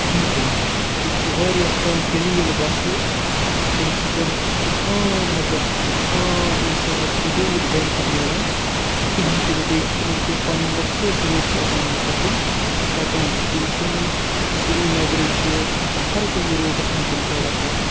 کِہیٖنۍ تہِ نہٕ تِم چھِ واریاہ کَم قٔلیٖل بَسہٕ ییٚمہِ سۭتۍ أکِس عام مطلب سُہ عام اِنسانَس چھُنہٕ تیوٗت بٮ۪نِفِٹ میلان کِہیٖنۍ تہِ نہٕ بیٚیہِ چھِ تِمَن کینٛہہ پَنٕنۍ مخصوٗص روٗٹٕس آسان یِمَن پٮ۪ٹھ تِم پَکان چھِ تِم چھِنہٕ سرینَگرٕکہِ ہر کُنہِ روٗٹَس چھِنہٕ تِم کَوَر کَران